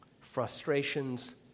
frustrations